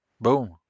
Boom